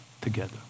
together